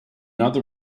other